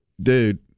Dude